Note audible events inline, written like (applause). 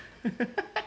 (laughs)